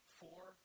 four